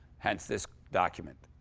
hence this document.